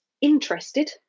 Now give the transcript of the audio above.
interested